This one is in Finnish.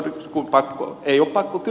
ei ole pakko kysyä